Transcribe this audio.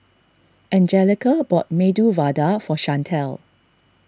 Anjelica bought Medu Vada for Shantel